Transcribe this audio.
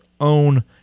own